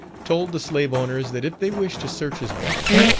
told the slave-owners that if they wished to search his barn,